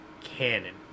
canon